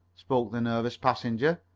spoke the nervous passenger.